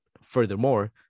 Furthermore